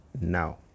now